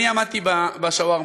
אני עמדתי בשווארמה,